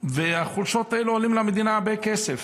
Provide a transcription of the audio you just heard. והחולשות האלה עולות למדינה הרבה כסף,